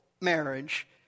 marriage